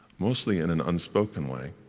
mostly, in an unspoken way,